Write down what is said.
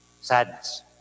Sadness